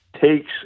takes